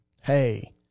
Hey